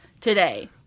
today